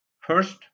first